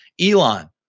Elon